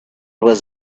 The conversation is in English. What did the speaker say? was